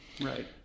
Right